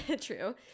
True